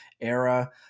era